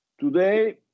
Today